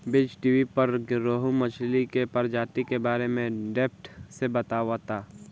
बीज़टीवी पर रोहु मछली के प्रजाति के बारे में डेप्थ से बतावता